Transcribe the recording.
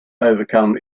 overcome